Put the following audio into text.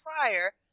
prior